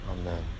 Amen